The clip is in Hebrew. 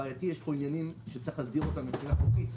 ראייתי ויש עניינים שצריך להסדיר מבחינה חוקית.